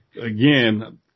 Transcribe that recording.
again